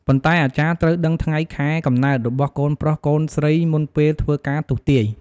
ប៉ុន្តែអាចារ្យត្រូវដឺងថ្ងែ ខែ កំណើត របស់កូនប្រុសកូនស្រីមុនពេលធ្វើការទស្សន៍ទាយ។